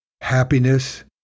happiness